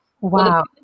Wow